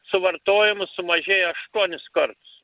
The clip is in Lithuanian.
suvartojimas sumažėjo aštuonis kartus